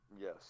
Yes